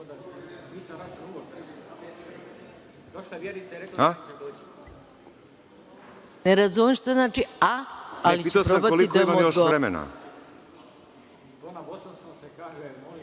Ne razumem šta znači „a“, ali ću probati da vam